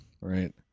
Right